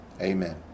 Amen